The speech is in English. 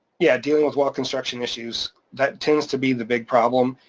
yeah, dealing with well construction issues, that tends to be the big problem.